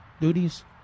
duties